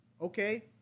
okay